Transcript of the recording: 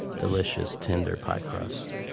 delicious, tender pie crusts.